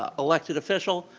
ah elected official,